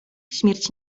śmierć